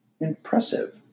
Impressive